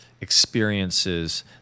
experiences